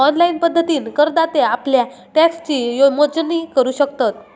online पद्धतीन करदाते आप्ल्या टॅक्सची मोजणी करू शकतत